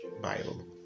Bible